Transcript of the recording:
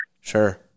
Sure